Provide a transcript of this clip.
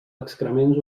excrements